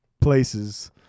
places